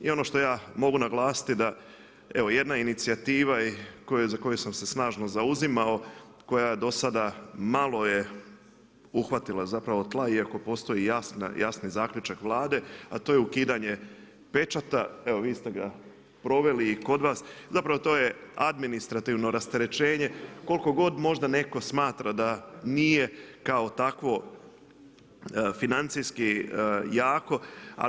I ono što ja mogu naglasiti da evo jedna inicijativa za koju sam se snažno zauzimao, koja do sada malo je uhvatila zapravo tla iako postoji jasni zaključak Vlade a to je ukidanje pečata, evo vi ste ga proveli i kod vas, zapravo to je administrativno rasterećenje koliko god možda netko smatra da nije kao takvo financijski jako kao takvo financijski jako.